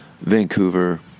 Vancouver